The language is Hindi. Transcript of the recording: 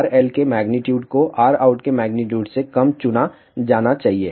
RL के मेग्नीट्यूड को Rout के मेग्नीट्यूड से कम चुना जाना चाहिए